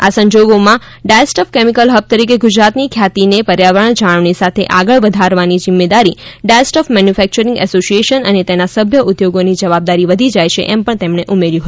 આ સંજોગોમાં dyestuff chemical hub તરીકેગુજરાતની ખ્યાતિને પર્યવારણ જાળવણી સાથે આગળ વધારવાની જિમ્મેદારી ડાયસ્ટફ મેન્યુફેકચરીંગ એસોસિયેશન અને તેના સભ્ય ઉદ્યોગોની જવાબદારી વધી જાય છે એમ તેમણે ઉમેર્યું હતું